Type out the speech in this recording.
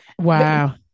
Wow